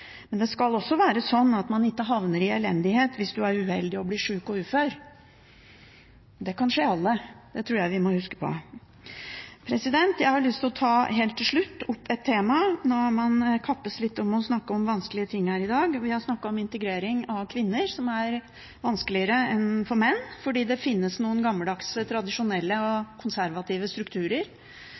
men det skal også være sånn at man ikke havner i elendighet hvis man er uheldig og blir sjuk og ufør. Det kan skje alle, det tror jeg vi må huske på. Jeg har helt til slutt lyst til å ta opp et annet tema – man kappes litt om å snakke om vanskelige ting her i dag. Vi har snakket om integrering av kvinner, som er vanskeligere enn for menn fordi det finnes noen gammeldagse, tradisjonelle og konservative strukturer.